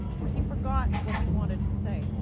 but he forgot what he wanted to say.